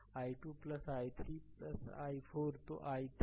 तो 4 i2 i3 i4